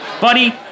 Buddy